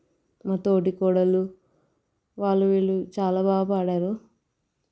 మా తోటి కోడలు వాళ్ళు వీళ్ళు చాలా బాగా పాడారు